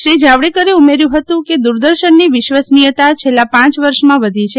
શ્રી જાવડેકરે ઉમેર્યું હતું કે દૂરદર્શનની વિશ્વાસનિયતા છેલ્લા પ વર્ષમાં વધી છે